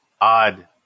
odd